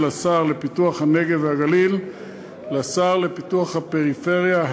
השר לפיתוח הנגב והגליל לשר לפיתוח הפריפריה,